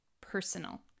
personal